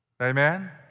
Amen